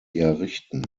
errichten